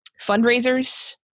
fundraisers